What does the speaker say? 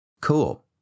cool